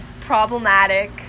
problematic